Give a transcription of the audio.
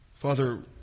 Father